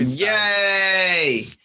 Yay